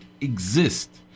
exist